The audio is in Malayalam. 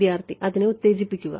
വിദ്യാർത്ഥി അതിനെ ഉത്തേജിപ്പിക്കുക